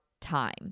time